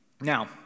Now